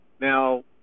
Now